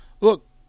look